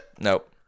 Nope